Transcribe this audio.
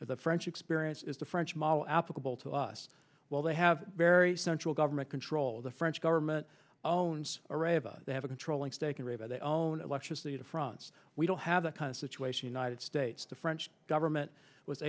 the french experience is the french model applicable to us well they have very central government control the french government owns array of us they have a controlling stake in river they own electricity to france we don't have that kind of situation united states the french government was